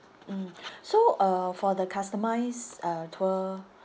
mm so uh for the customised uh tour